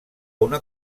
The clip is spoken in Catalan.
una